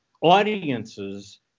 audiences